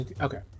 Okay